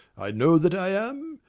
i know that i am,